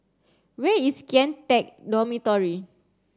where is Kian Teck Dormitory